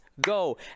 go